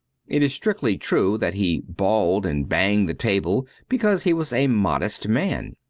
it is strictly true that he bawled and banged the table because he was a modest man.